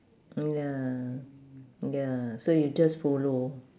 mm ya ya so you just follow